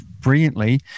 brilliantly